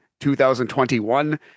2021